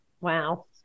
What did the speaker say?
Wow